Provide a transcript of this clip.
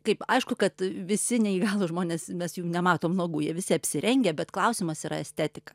kaip aišku kad visi neįgalūs žmonės mes jų nematom nuogų jie visi apsirengę bet klausimas yra estetika